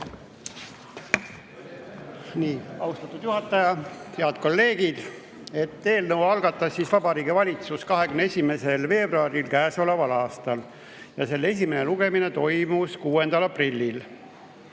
Austatud juhataja! Head kolleegid! Eelnõu algatas Vabariigi Valitsus 21. veebruaril käesoleval aastal ja selle esimene lugemine toimus 6. aprillil.